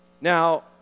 Now